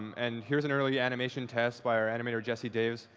and here's an early animation test by our animator jesse davis.